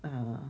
(uh huh)